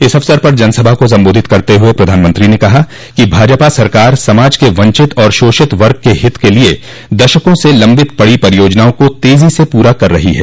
इस अवसर पर जनसभा को सम्बोधित करते हुए प्रधानमंत्री ने कहा कि भाजपा सरकार समाज के वंचित और शोषित वर्ग के हित के लिए दशकों से लंबित पड़ी परियोजनाओं को तेजी से पूरा कर रही है